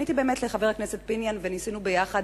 פניתי לחבר הכנסת פיניאן וניסינו ביחד,